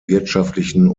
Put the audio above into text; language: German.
wirtschaftlichen